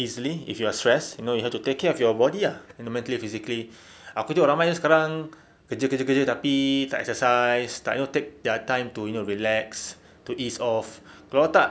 easily if you're stressed you know you have to take care of your body ah mentally physically aku tengok ramai sekarang kerja kerja kerja tapi tak exercise tak you know take their time to you know relax to ease off kalau tak